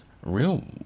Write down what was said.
real